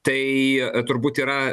tai turbūt yra